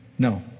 No